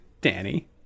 danny